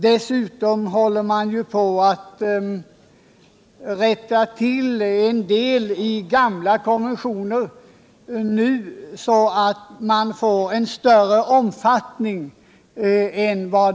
Dessutom håller man nu på att revidera bestämmelserna på en del punkter i gamla konventioner, så att dessa skall få större omfattning än hittills.